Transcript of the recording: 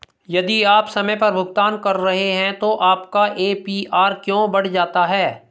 यदि आप समय पर भुगतान कर रहे हैं तो आपका ए.पी.आर क्यों बढ़ जाता है?